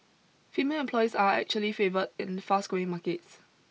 female employees are actually favoured in fast growing markets